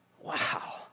wow